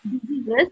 diseases